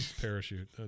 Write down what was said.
parachute